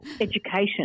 education